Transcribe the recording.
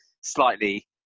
slightly